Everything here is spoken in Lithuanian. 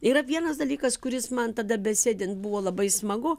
yra vienas dalykas kuris man tada besėdint buvo labai smagu